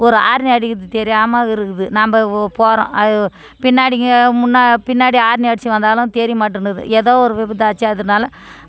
ஒரு ஹார்ன் அடிக்கிறது தெரியாமல் இருக்குது நம்ப வ போகறோம் அது பின்னாடிங்க முன்னாடிங்க பின்னாடி ஹார்ன் அடிச்சு வந்தாலும் தெரியமாட்டின்னுது எதோ ஒரு விபத்தாச்சு அதனால